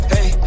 Hey